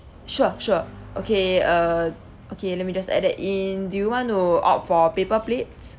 sure sure okay uh okay let me just add it in do you want to opt for paper plates